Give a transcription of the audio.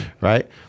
right